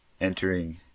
entering